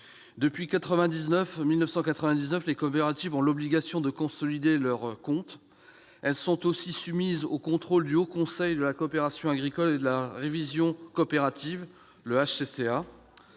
Depuis 1999, les coopératives ont l'obligation de consolider leurs comptes. Elles sont aussi soumises aux contrôles du Haut Conseil de la coopération agricole, le HCCA.